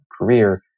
career